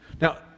Now